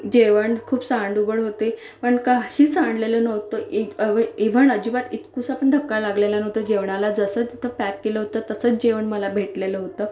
जेवण खूप सांड उबड होते पण काही सांडलेलं नव्हतं ए इ इव्ह इव्हण अजिबात इतकूसा पण धक्का लागलेला नव्हता जेवणाला जसं तिथं पॅक केलं होतं तसंच जेवण मला भेटलेलं होतं